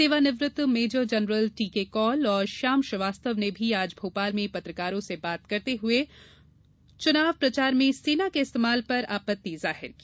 सेवानिवृत्त major general T K Kaul और श्याम श्रीवास्तव ने भी आज भोपाल में पत्रकारों से बात करते हुए चुनाव प्रचार में सेना के इस्तेमाल पर आपत्ति जाहिर की